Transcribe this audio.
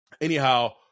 anyhow